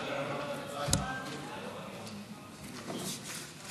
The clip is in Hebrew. ההצעה להעביר את הצעת חוק נכי רדיפות הנאצים (תיקון מס' 20)